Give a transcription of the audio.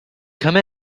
come